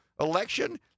election